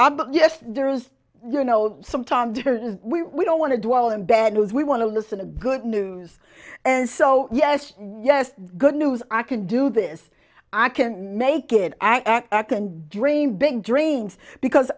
abbott yes there is you know sometimes we don't want to dwell in bad news we want to listen to good news and so yes yes good news i can do this i can make it act i can dream big dreams because